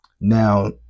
Now